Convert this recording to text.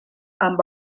amb